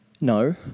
No